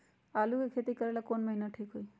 आलू के खेती करेला कौन महीना ठीक होई?